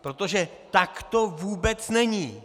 Protože tak to vůbec není!